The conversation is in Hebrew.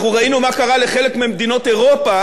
אנחנו ראינו מה קרה לחלק ממדינות אירופה